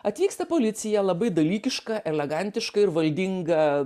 atvyksta policija labai dalykiška elegantiška ir valdinga